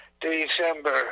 December